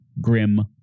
Grim